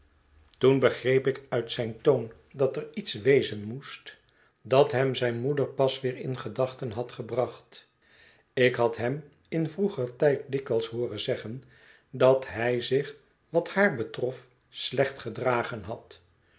toen begreep ik uit zijn toon dat er iets wezen moest dat hem zijne moeder pas weder in gedachten had gebracht ik had hem in vroeger tijd dikwijls hooren zeggen dat hij zich wat haar betrof slecht gedragen had